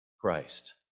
Christ